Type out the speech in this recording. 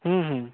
हूँ हूँ